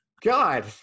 God